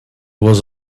was